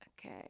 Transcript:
okay